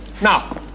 Now